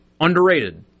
underrated